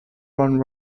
round